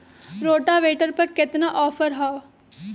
Rotavator पर केतना offer हव?